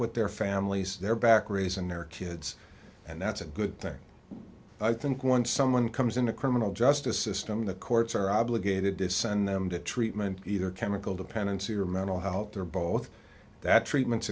with their families their back rays and their kids and that's a good thing i think when someone comes in the criminal justice system the courts are obligated to send them to treatment either chemical dependency or mental health they're both that treatments